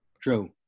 True